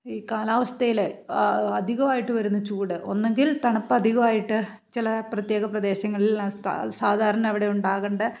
ഈ കാലാവസ്ഥയിൽ അധികമായിട്ട് വരുന്ന ചൂട് ഒന്നിങ്കിൽ തണുപ്പ് അധികമായിട്ട് ചില പ്രത്യേക പ്രദേശങ്ങളിൽ സാധാരണ അവിടെ ഉണ്ടാകേണ്ട